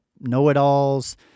know-it-alls